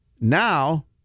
Now